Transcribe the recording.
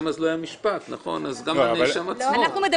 לא היה משפט אז גם אם רצחו את הנאשם עצמו --- שוב,